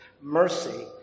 mercy